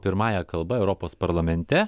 pirmąja kalba europos parlamente